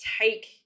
take